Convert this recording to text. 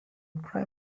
prime